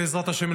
בעזרת השם,